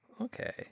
Okay